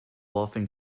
often